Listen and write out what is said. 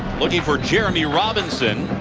looking for jeremy robinson.